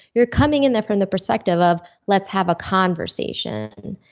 you're coming in there from the perspective of, let's have a conversation.